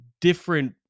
different